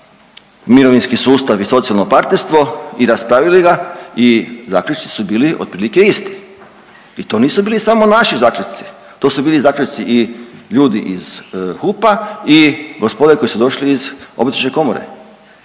mirovinski sustav i socijalno partnerstvo i raspravili ga i zaključci su bili otprilike isti. I to nisu bili samo naši zaključci. To su bili zaključci i ljudi iz HUP-a i gospode koji su došli iz Obrtničke komore